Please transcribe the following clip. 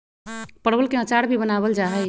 परवल के अचार भी बनावल जाहई